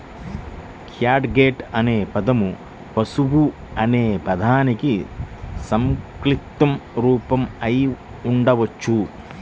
catgut అనే పదం పశువు అనే పదానికి సంక్షిప్త రూపం అయి ఉండవచ్చు